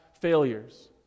failures